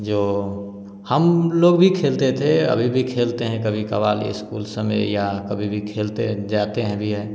जो हम लोग भी खेलते थे अभी भी खेलते हैं कभी कभार यह स्कूल समय या कभी भी खेलते जाते हैं बिया